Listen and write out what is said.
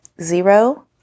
zero